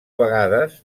vegades